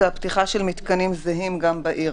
זה הפתיחה של מתקנים זהים גם בעיר.